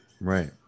Right